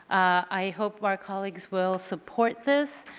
i hope our colleagues will support this.